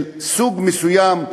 של סוג מסוים,